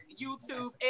YouTube